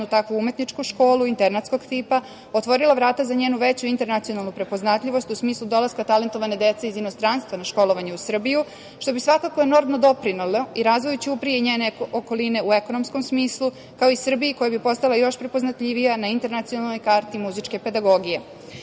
takvu umetničku školu internatskog tipa otvorila vrata za njenu veću internacionalnu prepoznatljivost u smislu dolaska talentovane dece iz inostranstva na školovanje u Srbiju, što bi svakako enormno doprinelo i razvoju Ćuprije i njene okoline u ekonomskom smislu, kao i Srbiji, koja bi postala još prepoznatljivija na internacionalnoj karti muzičke pedagogije. Kao